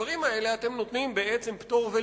לדברים האלה אתם נותנים פטור ולגיטימציה.